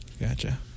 Gotcha